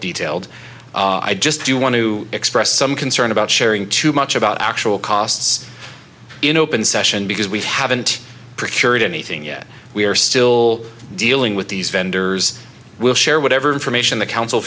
detailed i just do want to express some concern about sharing too much about actual costs in open session because we haven't procured anything yet we are still dealing with these vendors will share whatever information the council